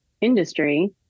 industry